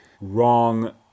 wrong